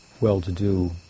well-to-do